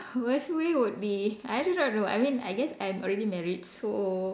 worst way would be I do not know I mean I guess I'm already married so